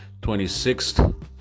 26th